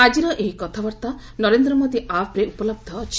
ଆଜିର ଏହି କଥାବାର୍ତ୍ତା ନରେନ୍ଦ୍ର ମୋଦି ଆପ୍ରେ ଉପଲହ୍ଧ ଅଛି